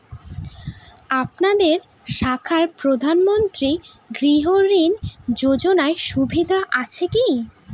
আপনাদের শাখায় প্রধানমন্ত্রী গৃহ ঋণ যোজনার সুবিধা আছে কি?